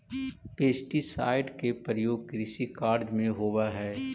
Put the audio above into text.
pesticide के प्रयोग कृषि कार्य में होवऽ हई